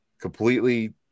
completely